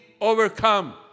overcome